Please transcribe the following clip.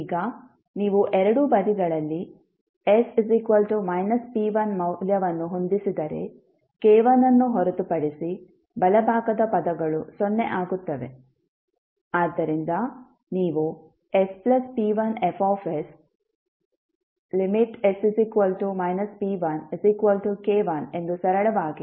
ಈಗ ನೀವು ಎರಡೂ ಬದಿಗಳಲ್ಲಿ s −p1 ಮೌಲ್ಯವನ್ನು ಹೊಂದಿಸಿದರೆ k1 ಅನ್ನು ಹೊರತುಪಡಿಸಿ ಬಲಭಾಗದ ಪದಗಳು ಸೊನ್ನೆ ಆಗುತ್ತವೆ ಆದ್ದರಿಂದ ನೀವು sp1Fs|s p1k1 ಎಂದು ಸರಳವಾಗಿ ಹೇಳಬಹುದು